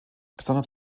besonders